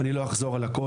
אני לא אחזור על הכול,